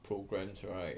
programs right